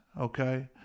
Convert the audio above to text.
okay